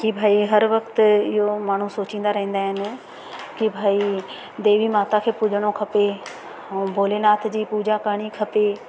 की भई हर वक्त इहो माण्हू सोचींदा रहंदा आहिनि कू भई देवी माता खे पूजणो खपे ऐं भोलेनाथ जी पूजा करिणी खपे